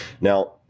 Now